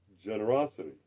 generosity